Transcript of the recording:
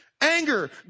anger